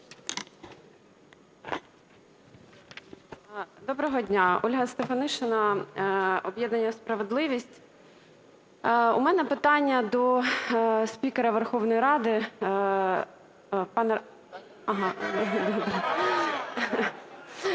Доброго дня. Ольга Стефанишина, об'єднання "Справедливість". У мене питання до спікера Верховної Ради пана…